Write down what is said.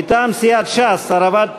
מטעם סיעת ש"ס, הרעבת